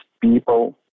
people